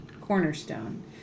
cornerstone